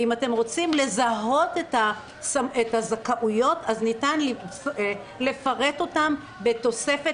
ואם אתם רוצים לזהות את הזכאויות אז ניתן לפרט אותן בתוספת